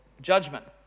judgment